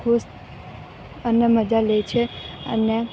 ખુશ અને મજા લે છે અને